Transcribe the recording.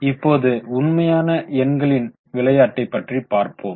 இப்போது உண்மையான எண்களின் விளையாட்டை பற்றி பார்ப்போம்